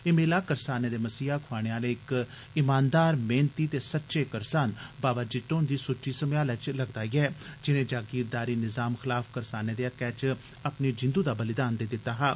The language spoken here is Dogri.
एह् मेला करसानें दे मसीहा खोआने आले इक इमानदार मेहनती ते सच्चे करसान बावा जित्तो हुंदी सुच्ची समेयालै च लगदा ऐ जिनें जागीरदारी निज़ाम खलाफ करसानें दे हक्कै च अपनी जिंदू दा बलिदान देई दित्ता हा